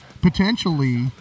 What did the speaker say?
potentially